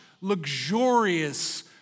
luxurious